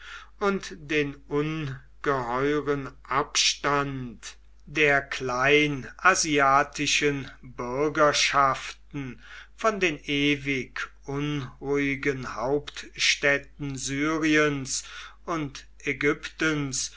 und den ungeheuren abstand der kleinasiatischen bürgerschaften von den ewig unruhigen hauptstädten syriens und ägyptens